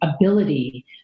ability